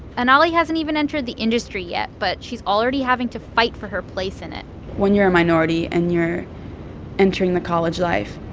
anali hasn't even entered the industry yet, but she's already having to fight for her place in it when you're a minority and you're entering the college life,